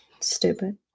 stupid